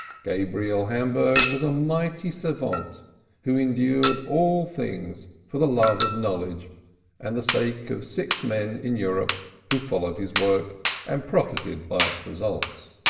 gabriel hamburg was a mighty savant who endured all things for the love of knowledge and the sake of six men in europe who followed his work and profited by its results.